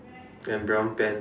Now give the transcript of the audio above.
and brown pants